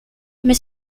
mais